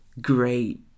great